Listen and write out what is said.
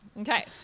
Okay